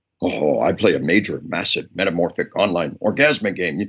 oh, i play a major massive metamorphic online orgasmic game.